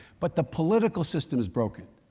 but the political system is broken.